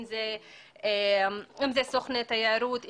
אם אלה סוכני תיירות,